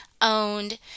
owned